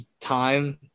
time